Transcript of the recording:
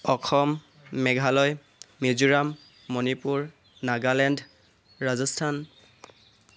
Assam Meghalaya Mizoram Manipur Nagaland Rajasthan